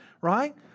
right